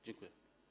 Dziękuję.